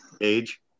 age